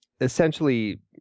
essentially